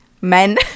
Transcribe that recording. Men